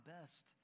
best